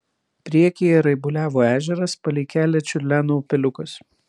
priekyje raibuliavo ežeras palei kelią čiurleno upeliukas